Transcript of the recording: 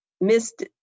missed